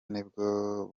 nibwo